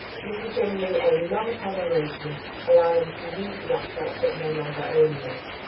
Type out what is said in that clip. this is generally a longterm arrangement allowing them to use the asset but no longer owning it.